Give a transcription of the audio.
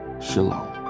Shalom